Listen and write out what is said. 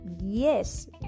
Yes